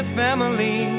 family